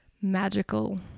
magical